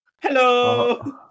Hello